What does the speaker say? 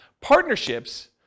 Partnerships